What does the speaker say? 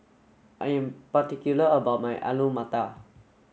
I am particular about my Alu Matar